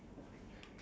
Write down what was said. ya